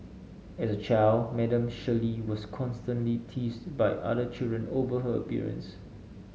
as a child Madam Shirley was constantly teased by other children over her appearance